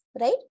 right